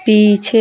पीछे